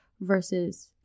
versus